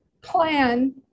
plan